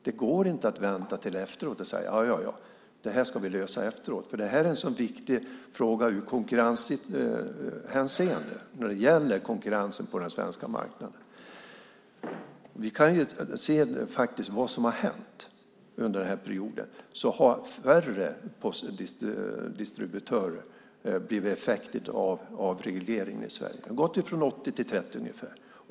Det går inte att vänta till efteråt, att säga att det här ska vi lösa efteråt, eftersom frågan är så viktig i konkurrenshänseende på den svenska marknaden. Vi kan ju se vad som faktiskt hänt under den här perioden. Färre postdistributörer är effekten av avregleringen i Sverige. Det har skett en minskning från 80 till 30 ungefär.